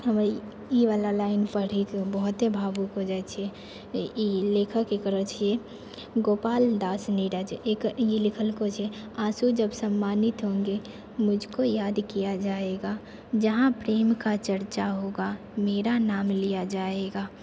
हमरा ईवला लाइन पढ़ैके बहुते भावुक हो जाइ छिए ई लेखक एकर छिए गोपाल दास नीरज एकर ई लिखलकऽ छै आँसू जब सम्मानित होंगे मुझको याद किया जाएगा जहाँ प्रेम का चर्चा होगा मेरा नाम लिया जाएगा